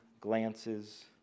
glances